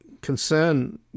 concern